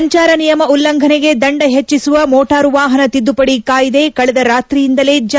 ಸಂಚಾರ ನಿಯಮ ಉಲ್ಲಂಘನೆಗೆ ದಂಡ ಹೆಚ್ಚಿಸುವ ಮೋಟಾರು ವಾಹನ ತಿದ್ಲುಪಡಿ ಕಾಯ್ಗೆ ಕಳೆದ ರಾತ್ರಿಯಿಂದಲೇ ಜಾರಿ